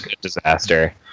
disaster